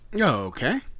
Okay